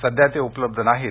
सध्या ते उपलब्ध नाहीत